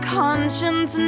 conscience